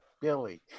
billy